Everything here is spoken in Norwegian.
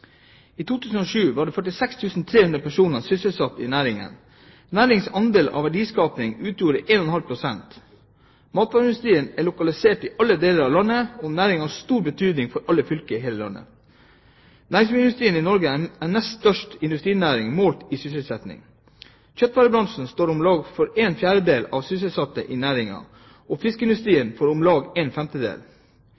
i Norge målt i antall sysselsatte. I 2007 var det 46 300 personer sysselsatt i næringen. Næringens andel av verdiskapingen utgjorde 1,5 pst. Matvareindustrien er lokalisert i alle deler av landet. Næringen har stor betydning for alle fylker i hele landet. Næringsmiddelindustrien er Norges nest største industrinæring målt i sysselsetting. Kjøttvarebransjen står for om lag en fjerdedel av sysselsatte i næringen og